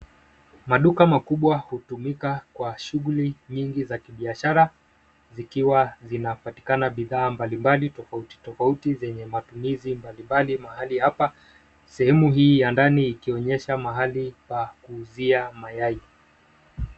Maduka makubwa hutumika kwa shughuli nyingi za kibiashara, zikiwa zinapatikana bidhaa mbalimbali tofauti tofauti zenye matumizi mbalimbali mahali hapa. Sehemu hii ya ndani inaonyesha mahali pa kuuzia mayai.